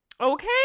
Okay